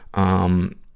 um,